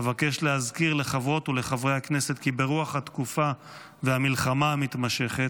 אבקש להזכיר לחברות ולחברי הכנסת כי ברוח התקופה והמלחמה המתמשכת,